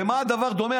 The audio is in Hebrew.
למה הדבר דומה?